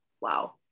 Wow